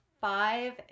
five